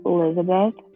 Elizabeth